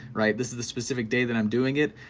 right, this is the specific day that i'm doing it,